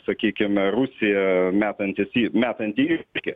sakykime rusija metantis metanti iššūkį